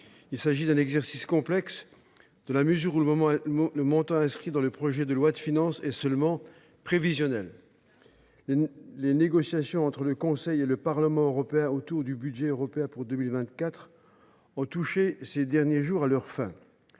Il s’agit d’un exercice complexe, dans la mesure où le montant inscrit dans le projet de loi de finances est seulement prévisionnel. Les négociations entre le Conseil et le Parlement européen sur le budget européen pour 2024 ont touché ces derniers jours à leur fin.